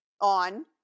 on